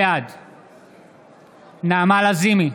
בעד נעמה לזימי,